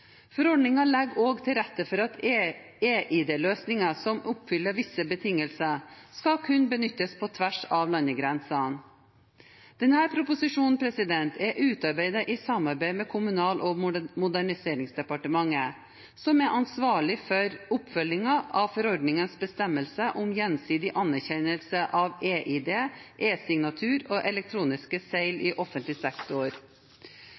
Forordningen legger også til rette for at eID-løsninger som oppfyller visse betingelser, skal kunne benyttes på tvers av landegrensene. Denne proposisjonen er utarbeidet i samarbeid med Kommunal- og moderniseringsdepartementet, som er ansvarlig for oppfølgingen av forordningens bestemmelser om gjensidig anerkjennelse av eID, esignatur og elektroniske segl i offentlig sektor.